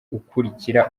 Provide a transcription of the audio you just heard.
ukurikira